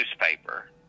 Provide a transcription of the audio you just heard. newspaper